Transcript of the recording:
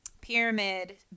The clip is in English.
pyramid